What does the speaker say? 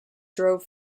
drove